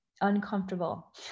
uncomfortable